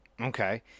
Okay